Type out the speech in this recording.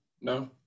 No